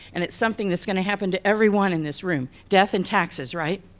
and it's something that's gonna happen to everyone in this room, death and taxes, right?